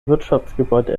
wirtschaftsgebäude